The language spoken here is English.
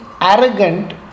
arrogant